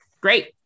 Great